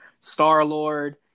Star-Lord